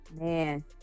man